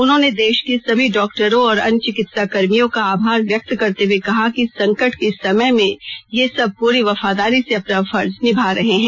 उन्होंने देश के सभी डॉक्टरों और अन्य चिकित्साकर्मियों का आभार व्यक्त करते हुए कहा कि संकट के इस समय में ये सब पूरी वफादारी से अपना फर्ज निभा रहे हैं